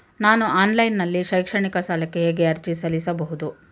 ನಾನು ಆನ್ಲೈನ್ ನಲ್ಲಿ ಶೈಕ್ಷಣಿಕ ಸಾಲಕ್ಕೆ ಹೇಗೆ ಅರ್ಜಿ ಸಲ್ಲಿಸಬಹುದು?